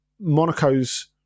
Monaco's